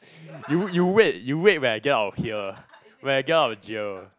you you wait you wait when I get out of here when I get out of jail